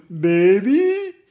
Baby